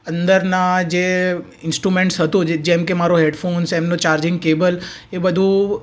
અંદરના જે ઇનસ્ટુમેન્ટ્સ હતું જેમ કે મારો હેડફોન્સ એમનું ચાર્જિંગ કેબલ એ બધું